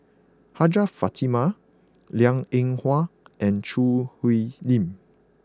Hajjah Fatimah Liang Eng Hwa and Choo Hwee Lim